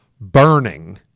Burning